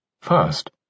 First